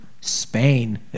Spain